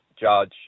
judge